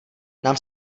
nám